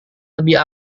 lebih